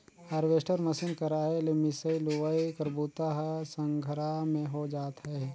harvester machine कर आए ले मिंसई, लुवई कर बूता ह संघरा में हो जात अहे